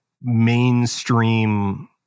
mainstream